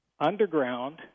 underground